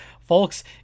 folks